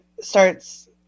starts